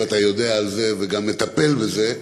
ואתה יודע על זה וגם מטפל בזה,